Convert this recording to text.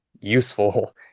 useful